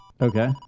Okay